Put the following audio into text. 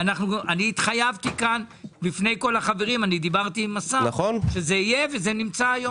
דיברתי עם השר שזה יהיה, ואכן זה נמצא.